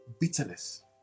bitterness